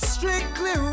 Strictly